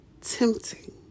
tempting